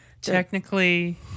Technically